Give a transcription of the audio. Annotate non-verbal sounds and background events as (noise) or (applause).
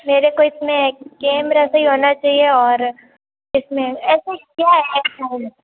मेरे को इस में कैमरा सही होना चाहिए और इस में ऐसा क्या है (unintelligible)